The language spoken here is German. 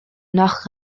noch